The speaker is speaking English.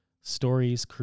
stories